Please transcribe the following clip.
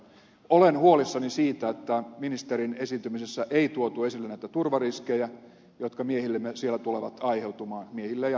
olen huolissani siitä että ministerin esiintymisessä ei tuotu esille näitä turvariskejä jotka miehillemme siellä tulevat aiheutumaan miehille ja naisille